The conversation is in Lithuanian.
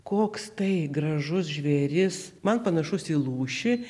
koks tai gražus žvėris man panašus į lūšį